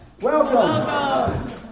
Welcome